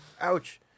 ouch